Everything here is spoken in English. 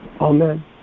Amen